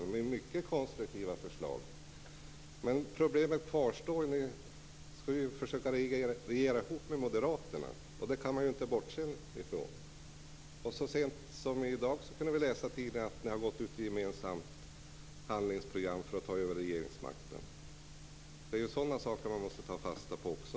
Det innehöll många konstruktiva förslag. Men problemet kvarstår: Ni skall ju försöka regera ihop med moderaterna, och det kan man inte bortse från. Så sent som i dag kunde vi läsa i tidningarna att ni har gått ut med ett gemensamt handlingsprogram för att ta över regeringsmakten. Det är ju sådana saker som man måste ta fasta på också.